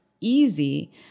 easy